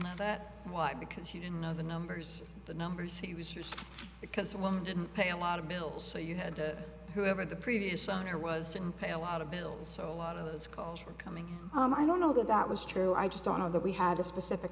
calls that why because he didn't know the numbers the numbers he was just because a woman didn't pay a lot of bills so you had to whoever the previous owner was to pay a lot of bills so a lot of those calls were coming home i don't know that that was true i just don't know that we had a specific